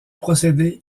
procédé